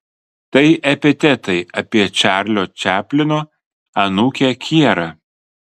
tai epitetai apie čarlio čaplino anūkę kierą